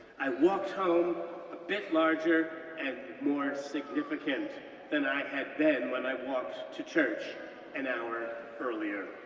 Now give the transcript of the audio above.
i walked home a bit larger and more significant than i had been when i walked to church an hour earlier.